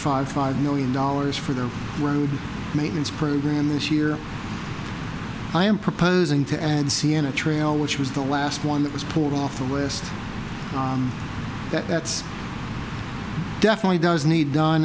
five five million dollars for the road maintenance program this year i am proposing to add sienna trail which was the last one that was poured off the west that's definitely does need done